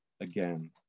again